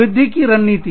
वृद्धि की रणनीति